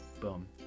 boom